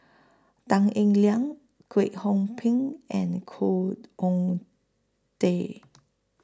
Tan Eng Liang Kwek Hong Png and Khoo Oon Teik